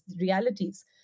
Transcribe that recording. realities